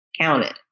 counted